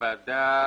הוועדה